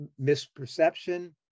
misperception